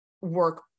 work